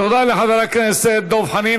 תודה לחבר הכנסת דב חנין.